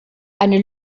eine